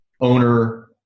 owner